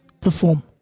perform